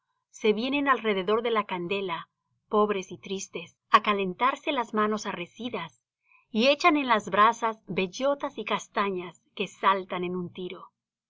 se vienen alrededor de la candela pobres y tristes á calentarse las manos arrecidas y echan en las brasas bellotas y castañas que saltan en un tiro